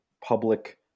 public